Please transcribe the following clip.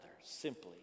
simply